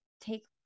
take